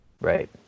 Right